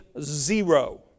zero